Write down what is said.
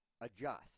adjust